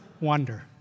wonder